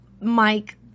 Mike